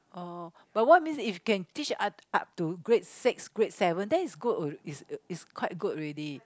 oh but what means if can teach ot~ up to grade six grade seven then is good al~ is is quite good already